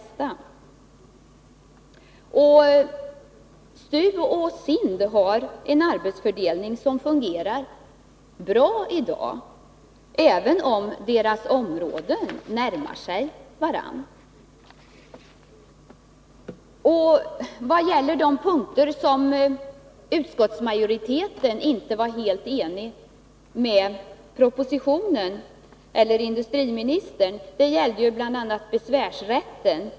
STU och SIND har en arbetsfördelning som fungerar bra i dag, även om deras områden närmar sig varandra. De punkter där utskottsmajoriteten inte varit helt ense med industriministern gäller bl.a. besvärsrätten.